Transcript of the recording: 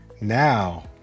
Now